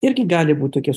irgi gali būti tokia